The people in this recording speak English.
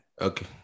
Okay